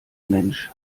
mensch